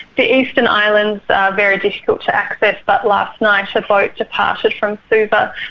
the eastern islands are very difficult to access, but last night a boat departed from suva,